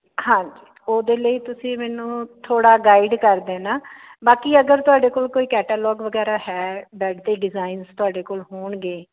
ਹਾਂਜੀ ਉਹਦੇ ਲਈ ਤੁਸੀਂ ਮੈਨੂੰ ਥੋੜ੍ਹਾ ਗਾਈਡ ਕਰ ਦੇਣਾ ਬਾਕੀ ਅਗਰ ਤੁਹਾਡੇ ਕੋਲ ਕੋਈ ਕੈਟਾਲੋਗ ਵਗੈਰਾ ਹੈ ਬੈਡ ਤਦੇ ਡਿਜ਼ਾਇਨਸ ਤੁਹਾਡੇ ਕੋਲ ਹੋਣਗੇ